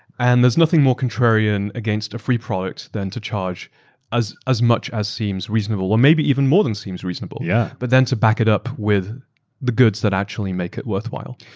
and there's nothing more contrarian in against a free product than to charge as as much as seems reasonable or maybe even more than seems reasonable, yeah but then to back it up with the goods that actually make it worthwhile.